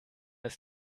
ist